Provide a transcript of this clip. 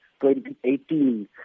2018